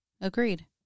agreed